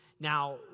Now